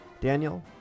Daniel